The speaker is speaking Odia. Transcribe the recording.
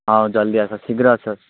ହଉ ଜଲ୍ଦି ଆସ ଶୀଘ୍ର ଆସ